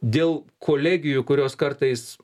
dėl kolegijų kurios kartais